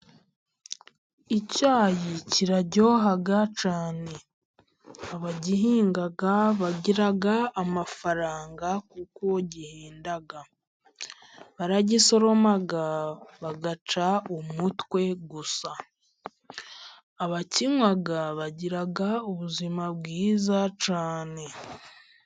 Icyayi kiraryoha cyane, abagihinga bagira amafaranga kuko gihenda baragisoroma bakagica umutwe gusa. abakinywa bagira ubuzima bwiza cyane.